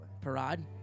Parad